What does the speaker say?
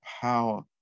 power